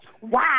wow